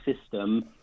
system